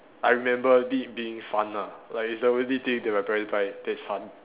I remember it being fun ah like it's the only thing that my parents buy that is fun